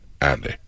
Andy